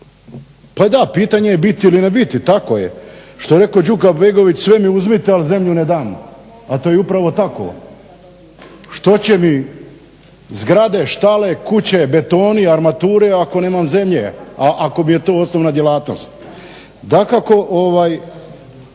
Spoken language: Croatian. Pa da, pitanje je biti ili ne biti, tako je. Što je rekao Đuka Begović sve mi uzmite, ali zemlju ne damo, a to je upravo tako. Što će mi zgrade, štale, kuće, betoni, armature ako nemam zemlje, a ako mi je to osnovna djelatnost. Dakako da